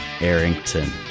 Arrington